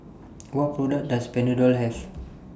What products Does Panadol Have